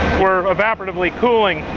we're evaporatively cooling.